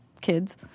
kids